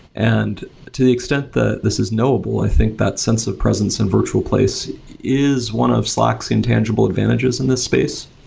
and to the extent that this is knowable, i think that sense of presence and virtual place is one of slack's intangible advantages in this space.